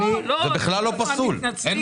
הדיון פה הוא על מיסוי